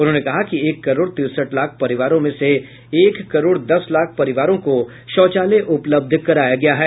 उन्होंने कहा कि एक करोड़ तिरसठ लाख परिवारों में से एक करोड़ दस लाख परिवारों को शौचालय उपलब्ध कराया गया है